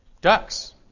ducks